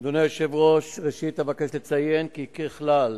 אדוני היושב-ראש, ראשית אבקש לציין כי ככלל,